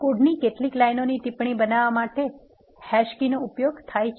કોડની કેટલીક લાઇનોને ટિપ્પણી બનાવવા માટે પણ હેશ કી નો ઉપયોગ થાય છે